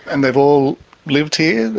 and they've all lived here,